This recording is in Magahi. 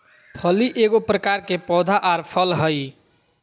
फली एगो प्रकार के पौधा आर फल हइ